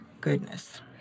goodness